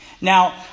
Now